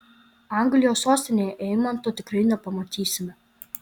anglijos sostinėje eimanto tikrai nepamatysime